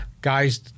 guys